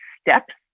steps